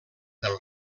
del